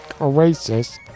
Oasis